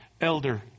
elder